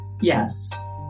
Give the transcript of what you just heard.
Yes